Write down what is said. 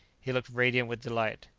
he looked radiant with delight.